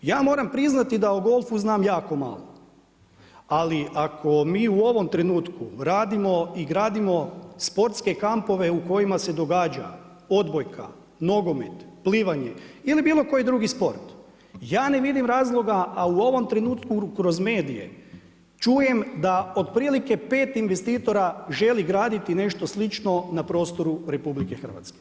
Ja moram priznati da u golfu znam jako malo, ali ako mi u ovom trenutku radimo i gradimo sportske kampove u kojima se događa odbojka, nogomet, plivanje ili bilo koji drugi sport, ja ne vidim razloga, a u ovom trenutku kroz medije čujem da otprilike 5 investitora želi graditi nešto slično na prostoru RH.